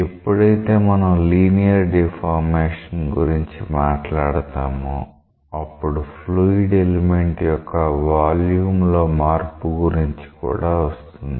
ఎప్పుడైతే మనం linear deformation గురించి మాట్లాడతామో అప్పుడు ఫ్లూయిడ్ ఎలిమెంట్ యొక్క వాల్యూమ్ లో మార్పు గురించి కూడా వస్తుంది